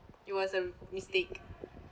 it was a mistake